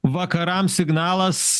vakarams signalas